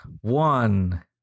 one